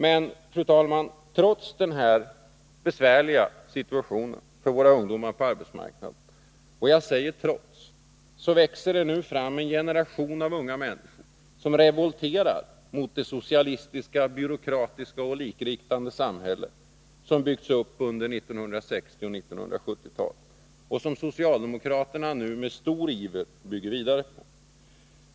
Men, fru talman, trots den mycket besvärliga situationen på arbetsmarknaden för våra ungdomar — och jag säger ”trots” — växer det nu fram en generation av unga människor som revolterar emot det socialistiska, byråkratiska och likriktande samhälle som byggts upp under 1960 och 1970-talen och som socialdemokraterna nu med stor iver bygger vidare på.